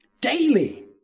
daily